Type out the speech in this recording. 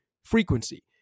frequency